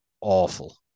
awful